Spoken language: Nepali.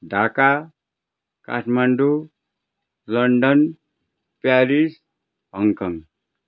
Dhaka Kathmandu London Paris Hong Kong